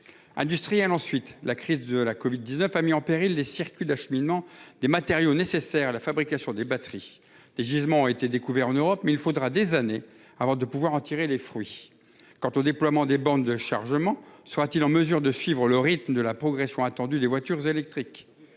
Industriels, ensuite la crise de la Covid 19, a mis en péril les circuits d'acheminement des matériaux nécessaires à la fabrication des batteries. Des gisements ont été découverts en Europe mais il faudra des années avant de pouvoir en tirer les fruits. Quant au déploiement des bandes de chargement sera-t-il en mesure de suivre le rythme de la progression attendue des voitures électriques